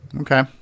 okay